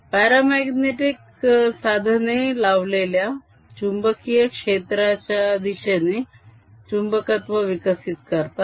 paramagnetic साधने लावलेल्या चुंबकीय क्षेत्राच्या दिशेने चुंबकत्व विकसित करतात